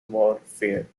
warfare